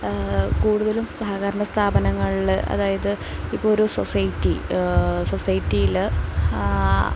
കൂടുതലും സഹകരണ സ്ഥാപനങ്ങളിൽ അതായത് ഇപ്പോൾ ഒരു സൊസൈറ്റി സൊസൈറ്റിയിൽ